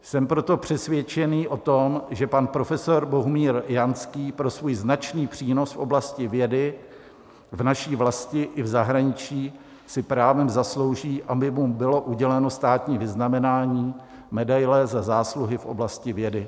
Jsem proto přesvědčený o tom, že pan profesor Bohumír Janský pro svůj značný přínos v oblasti vědy v naší vlasti i v zahraničí si právem zaslouží, aby mu bylo uděleno státní vyznamenání medaile Za zásluhy v oblasti vědy.